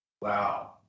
Wow